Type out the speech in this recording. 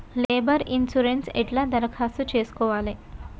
Labour insurance ఎట్ల దరఖాస్తు చేసుకోవాలే?